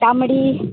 तांबडी